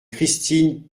christine